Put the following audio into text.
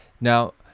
Now